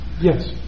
yes